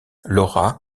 laura